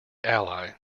ally